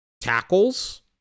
tackles